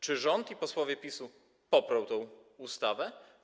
Czy rząd i posłowie PiS-u poprą tę ustawę?